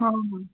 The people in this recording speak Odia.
ହଁ ହଁ